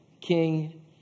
king